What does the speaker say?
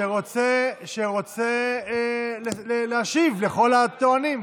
שרוצה להשיב לכל הטוענים.